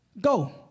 Go